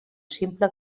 simple